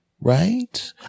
right